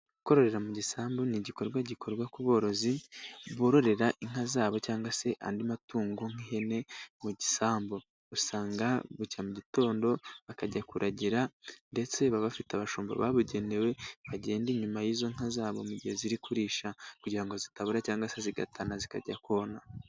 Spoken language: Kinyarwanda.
Korora mu gisambu ni igikorwa gikorwa ku borozi bororera inka zabo cyangwa se andi matungo nk'ihene mu gisambu, usanga bucya mu gitondo bakajya kuragira ndetse baba bafite abashumba babugenewe bagenda inyuma y'izo nka zabo mu gihe ziri kurisha kugira ngo zitabura cyangwa se zigatana zikajya kona.